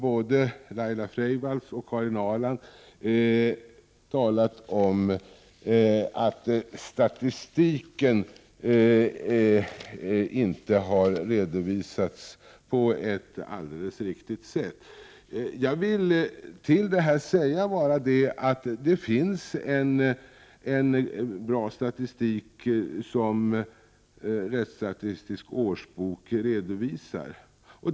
Både Laila Freivalds och Karin Ahrland har talat om att statistiken inte har redovisats på ett alldeles riktigt sätt. Jag vill då bara säga att det finns en bra statistik i Rättsstatistisk årsbok.